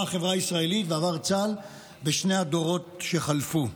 החברה הישראלית ועבר צה"ל בשני הדורות שחלפו.